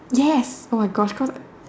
yes oh my gosh cause